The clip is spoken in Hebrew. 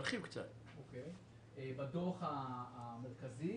בדוח המרכזי